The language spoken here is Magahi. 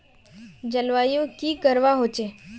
जलवायु की करवा होचे?